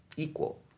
equal